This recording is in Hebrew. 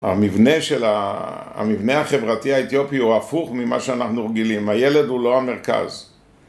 המבנה של ה... המבנה החברתי האתיופי הוא הפוך ממה שאנחנו רגילים, הילד הוא לא המרכז